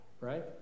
right